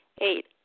Eight